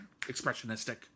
expressionistic